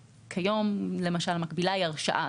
כיום, למשל, המקבילה היא הרשעה.